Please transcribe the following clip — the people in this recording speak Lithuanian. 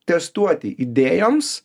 testuoti idėjoms